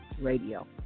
Radio